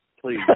please